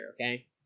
okay